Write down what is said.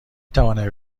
توانم